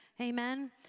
amen